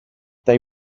they